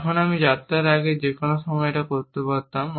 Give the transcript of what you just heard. এখন আমি যাত্রার আগে যেকোনো সময় এটা করতে পারতাম